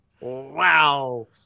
wow